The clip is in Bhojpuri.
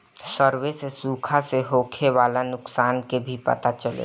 सर्वे से सुखा से होखे वाला नुकसान के भी पता चलेला